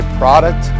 product